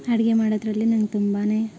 ಅಡ್ಗೆ ಮಾಡೋದ್ರಲ್ಲಿ ನನಗೆ ತುಂಬಾ